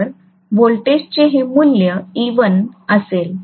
तर व्होल्टेजचे हे मूल्य e1 असेल